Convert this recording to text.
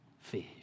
fish